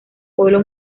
pueblo